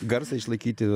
garsą išlaikyti